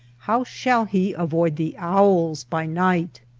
how shall he avoid the owls by night?